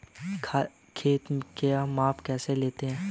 खेत का माप कैसे लेते हैं?